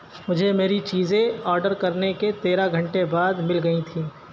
مجھے میری چیزیں آرڈر کرنے کے تیرہ گھنٹے بعد مل گئی تھیں